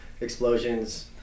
explosions